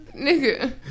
Nigga